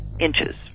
inches